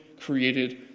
created